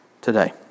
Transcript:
today